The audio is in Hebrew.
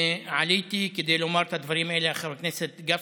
עליתי כדי לומר את הדברים האלה על חבר הכנסת גפני,